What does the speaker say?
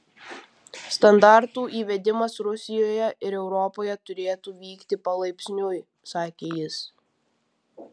standartų įvedimas rusijoje ir europoje turėtų vykti palaipsniui sakė jis